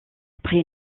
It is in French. après